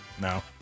No